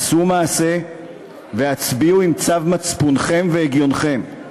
עשו מעשה והצביעו לפי צו מצפונכם והגיונכם.